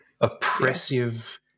oppressive